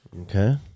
Okay